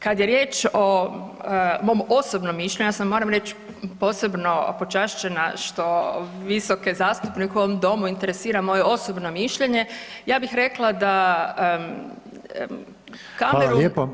Kad je riječ o mom osobnu mišljenju, ja sam, moram reći posebno počašćena što visoke zastupnike u ovom Domu interesira moje osobno mišljenje, ja bih rekla da [[Upadica: Hvala lijepa.]] Cameron